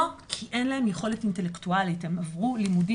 לא כי אין להם יכולת אינטלקטואלית-הם עברו לימודים